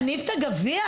להניף את הגביע,